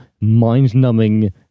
mind-numbing